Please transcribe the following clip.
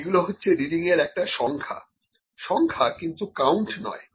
এগুলো হচ্ছে রিডিং এর একটা সংখ্যা সংখ্যা কিন্তু কাউন্ট নয়